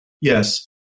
Yes